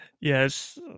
Yes